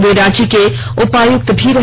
वे रांची के उपायुक्त भी रहे